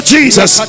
Jesus